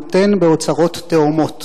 נותן באוצרות תהומות.